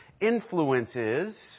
influences